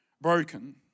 broken